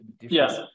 yes